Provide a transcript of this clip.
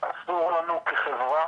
אסור לנו כחברה